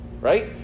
Right